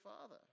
father